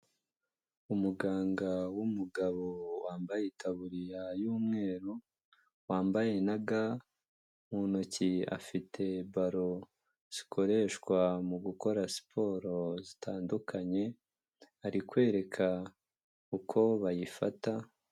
Umuganga w'umugabo wambaye itaburiya y'umweru wambaye na ga, mu ntoki afite balo zikoreshwa mu gukora siporo zitandukanye ari kwereka uko bayifata.